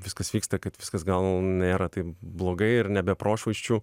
viskas vyksta kad viskas gal nėra taip blogai ir ne be prošvaiščių